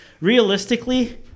realistically